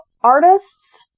artists